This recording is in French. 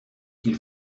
qu’il